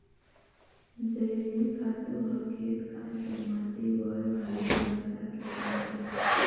जइविक खातू ह खेत खार के माटी बर भारी फायदा के होथे